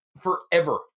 forever